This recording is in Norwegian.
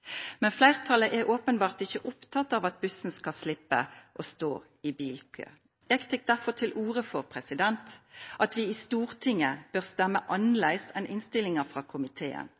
Men flertallet er åpenbart ikke opptatt av at bussen skal slippe å stå i bilkø. Jeg tar derfor til orde for at vi i Stortinget bør stemme annerledes enn innstillingen fra komiteen.